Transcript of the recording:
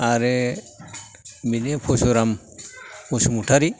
आरो बिदि फरसुराम बुसुमतारी